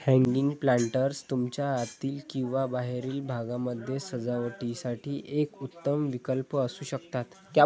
hanging planters तुमच्या आतील किंवा बाहेरील भागामध्ये सजावटीसाठी एक उत्तम विकल्प असू शकतात